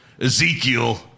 Ezekiel